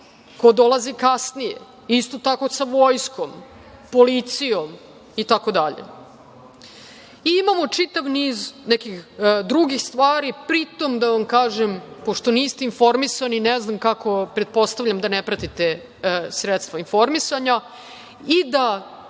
ko dolazi kasnije, isto tako sa vojskom, policijom itd. Imamo i čitav niz nekih drugih stvari, pritom, da vam kažem, pošto niste informisani, ne znam kako, pretpostavljam da ne pratite sredstva informisanja, i da